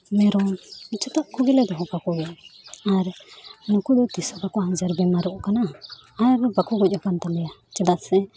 ᱢᱮᱨᱚᱢ ᱡᱚᱛᱚ ᱠᱚᱜᱮᱞᱮ ᱫᱚᱦᱚ ᱠᱟᱠᱚ ᱜᱮᱭᱟ ᱟᱨ ᱱᱩᱠᱩ ᱫᱚ ᱛᱤᱥᱦᱚᱸ ᱵᱟᱠᱚ ᱟᱡᱟᱨ ᱵᱮᱢᱟᱨᱚᱜ ᱠᱟᱱᱟ ᱟᱨ ᱵᱟᱠᱚ ᱜᱚᱡᱽ ᱟᱠᱟᱱ ᱛᱟᱞᱮᱭᱟ ᱪᱮᱫᱟᱜ ᱥᱮ